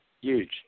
huge